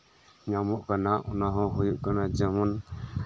ᱚᱱᱟᱦᱚᱸ ᱦᱩᱭᱩᱜ ᱠᱟᱱᱟ ᱡᱮᱢᱚᱱ